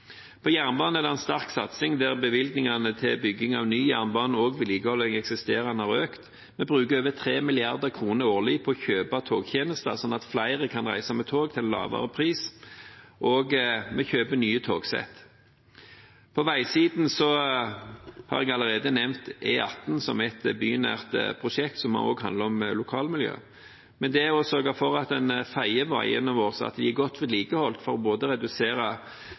På jernbanen er det en sterk satsing der bevilgningene til bygging av ny jernbane og vedlikehold av eksisterende har økt. Vi bruker over 3 mrd. kr årlig på å kjøpe togtjenester, slik at flere kan reise med tog til en lavere pris, og vi kjøper nye togsett. På veisiden har jeg allerede nevnt E18 som et bynært prosjekt, som også handler om lokalmiljøet. Det å sørge for at en feier veiene våre, at de er godt vedlikeholdt for både å redusere